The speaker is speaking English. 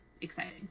exciting